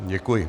Děkuji.